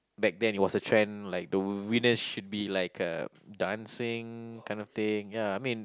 back then it was the trend like the winner should be like a dancing kind of thing ya I mean